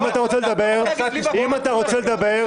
אם אתה רוצה לדבר ------ אם אתה רוצה לדבר,